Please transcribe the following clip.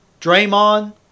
Draymond